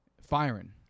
firing